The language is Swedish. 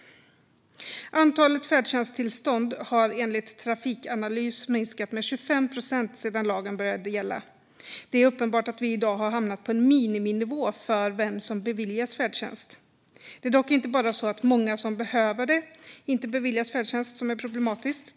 Antalet färdtjänsttillstånd har enligt Trafikanalys minskat med 25 procent sedan lagen började gälla. Det är uppenbart att vi i dag har hamnat på en miniminivå när det gäller vem som beviljas färdtjänst. Det är dock inte bara det faktum att många som behöver färdtjänst inte beviljas det som är problematiskt.